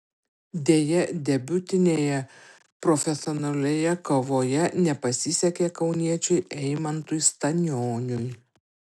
deja debiutinėje profesionalioje kovoje nepasisekė kauniečiui eimantui stanioniui